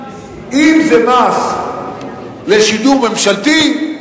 אם זה מס לשידור ממשלתי,